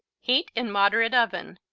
heat in moderate oven,